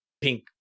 pink